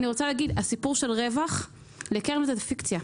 הסיפור של רווח זה פיקציה.